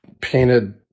painted